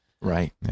Right